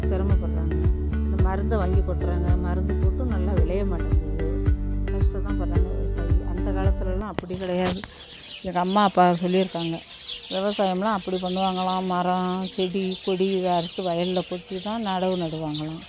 சிரமப்படுறாங்க இந்த மருந்தை வாங்கி கொட்டுறாங்க மருந்து போட்டு நல்லா விளையமாட்டேங்கிது கஷ்டம் தான் படுறாங்க விவசாயிங்க அந்த காலத்துலலாம் அப்படி கிடையாது எங்கள் அம்மா அப்பா சொல்லிருக்காங்க விவசாயம்லாம் அப்படி பண்ணுவாங்களாம் மரம் செடி கொடி இதை அறுத்து வயலில் கொட்டிதான் நடவு நடுவாங்களாம்